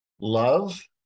love